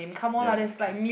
ya